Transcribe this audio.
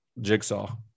jigsaw